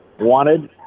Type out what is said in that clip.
wanted